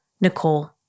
Nicole